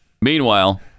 meanwhile